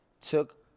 Took